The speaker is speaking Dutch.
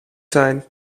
zijn